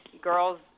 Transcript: girls